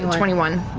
you know twenty one.